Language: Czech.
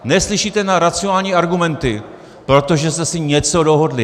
Neslyšíte na racionální argumenty, protože jste si něco dohodli.